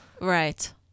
Right